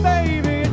Baby